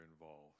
involved